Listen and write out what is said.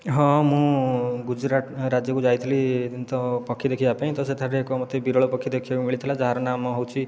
ହଁ ମୁଁ ଗୁଜୁରାଟ ରାଜ୍ୟକୁ ଯାଇଥିଲି ତ ପକ୍ଷୀ ଦେଖିବାପାଇଁ ତ ସେଠାରେ ମୋତେ ଏକ ବିରଳ ପକ୍ଷୀ ଦେଖିବାକୁ ମିଳିଥିଲା ଯାହାର ନାମ ହେଉଛି